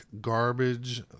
Garbage